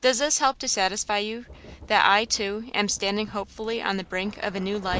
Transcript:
does this help to satisfy you that i, too, am standing hopefully on the brink of a new life,